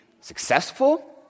successful